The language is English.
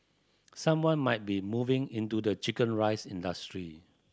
someone might be moving into the chicken rice industry